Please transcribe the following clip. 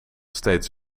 steeds